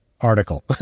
article